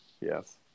yes